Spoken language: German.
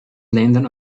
ländern